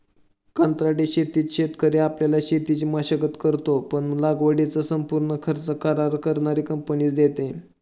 कंत्राटी शेतीत शेतकरी आपल्या शेतीची मशागत करतो, पण लागवडीचा संपूर्ण खर्च करार करणारी कंपनीच देते